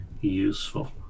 useful